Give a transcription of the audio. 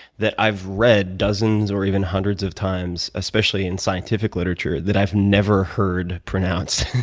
that i've read dozens or even hundreds of times, especially, in scientific literature that i've never heard pronounced.